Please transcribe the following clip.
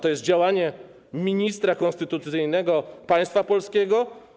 To jest działanie ministra konstytucyjnego państwa polskiego?